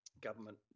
government